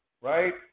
right